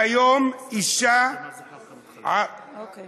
לא שופטים, קאדים.